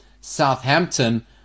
Southampton